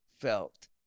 felt